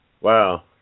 wow